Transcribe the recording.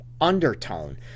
undertone